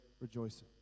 rejoicing